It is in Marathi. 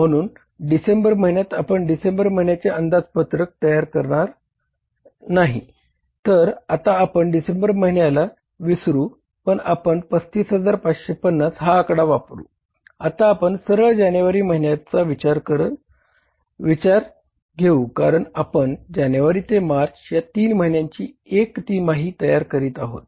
म्हणून डिसेंबर महिन्यात आपण डिसेंबर महिन्याचे अंदाजपत्रक तयार करीत आहोत